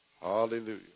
Hallelujah